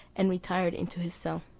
and retired into his cell.